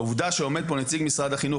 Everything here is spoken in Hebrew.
העובדה שעומד פה נציג משרד החינוך,